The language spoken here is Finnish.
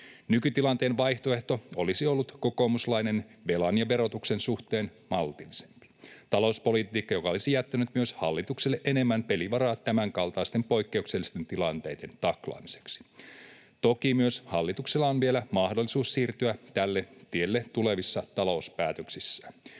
Nykytilanteen vaihtoehto olisi ollut kokoomuslainen, velan ja verotuksen suhteen maltillisempi talouspolitiikka, joka olisi jättänyt myös hallitukselle enemmän pelivaraa tämänkaltaisten poikkeuksellisten tilanteiden taklaamiseksi. Toki myös hallituksella on vielä mahdollisuus siirtyä tälle tielle tulevissa talouspäätöksissään,